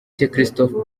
christopher